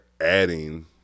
adding